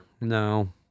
No